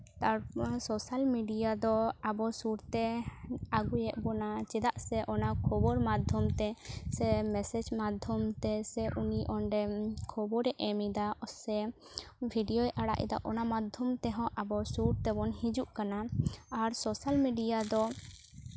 ᱛᱟᱨᱯᱚᱨ social media ᱫᱚ ᱟᱵᱚ ᱥᱩᱨᱛᱮ ᱟᱹᱜᱩᱭᱮᱫ ᱵᱚᱱᱟᱭ ᱪᱮᱫᱟᱜ ᱥᱮ ᱚᱱᱟ ᱠᱷᱚᱵᱚᱨ ᱢᱟᱫᱽᱫᱷᱚᱢ ᱛᱮ ᱥᱮ ᱢᱮᱥᱮᱡᱽ ᱢᱟᱫᱽᱫᱷᱚᱢ ᱛᱮ ᱥᱮ ᱩᱱᱤ ᱚᱸᱰᱮ ᱠᱷᱚᱵᱚᱨᱮ ᱮᱢ ᱮᱫᱟ ᱥᱮ ᱵᱷᱤᱰᱤᱭᱳᱭ ᱟᱲᱟᱜ ᱮᱫᱟ ᱚᱱᱟ ᱢᱟᱫᱽᱫᱷᱚᱢ ᱛᱮᱦᱚᱸ ᱟᱵᱚ ᱥᱩᱨ ᱛᱮᱵᱚᱱ ᱦᱤᱡᱩᱜ ᱠᱟᱱᱟ ᱟᱨ ᱥᱳᱥᱟᱞ ᱢᱤᱰᱤᱭᱟ ᱫᱚ